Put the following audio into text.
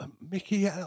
Mickey